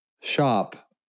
shop